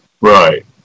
Right